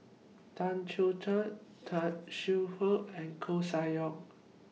Tan Chong Tee Tan Shaw Her and Koeh Sia Yong